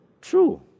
True